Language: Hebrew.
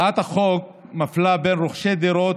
הצעת החוק מפלה בין רוכשי דירות,